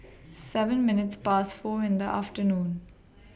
seven minutes Past four in The afternoon